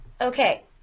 Okay